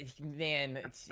man